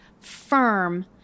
firm